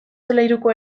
solairuko